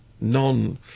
non